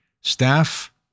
staff